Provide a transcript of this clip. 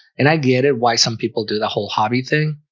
and i get it why some people do the whole hobby thing?